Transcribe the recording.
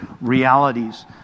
realities